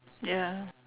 ya